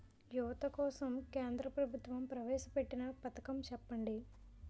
యువత కోసం కేంద్ర ప్రభుత్వం ప్రవేశ పెట్టిన పథకం చెప్పండి?